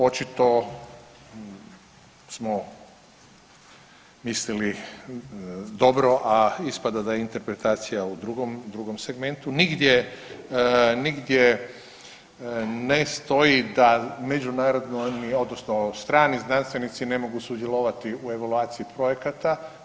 Očito smo mislili dobro, a ispada da je interpretacija u drugom, drugom segmentu, nigdje ne stoji da međunarodni odnosno strani znanstvenici ne mogu sudjelovati u evaluaciji projekata.